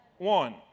One